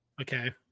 okay